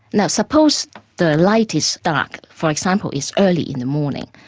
now suppose the light is dark, for example, it's early in the morning.